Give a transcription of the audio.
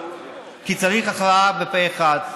כי צריך הכרעה פה אחד.